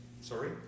Sorry